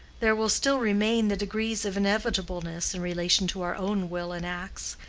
there will still remain the degrees of inevitableness in relation to our own will and acts,